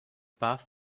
path